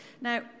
Now